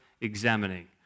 examining